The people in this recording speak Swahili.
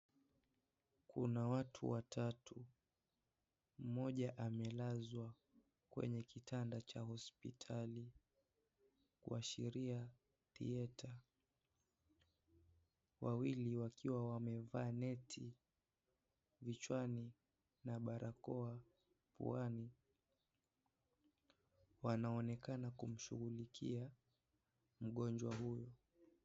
Kuna watu watatu , mmoja amelazwa kwenye kitanda cha hospitali kuashiria theater . Wawili wamevalia neti vichwani na barakoa puani , wananonekana kumshughulikia mgonjwa huyo.